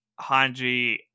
Hanji